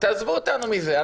תעזבו אותנו מזה,